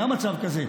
היה מצב כזה.